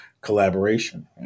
collaboration